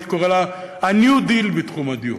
הייתי קורא לה ה"ניו דיל" בתחום הדיור.